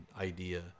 idea